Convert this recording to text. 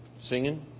singing